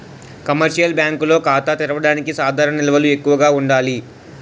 commercial బ్యాంకుల్లో ఖాతా తెరవడానికి సాధారణ నిల్వలు ఎక్కువగా ఉండాలి